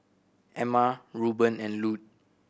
Emma Reuben and Lute